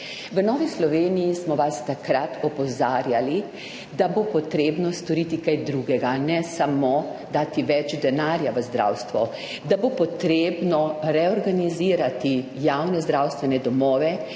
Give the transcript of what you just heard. V Novi Sloveniji smo vas takrat opozarjali, da bo potrebno storiti kaj drugega, ne samo dati več denarja v zdravstvo, da bo potrebno reorganizirati javne zdravstvene domove,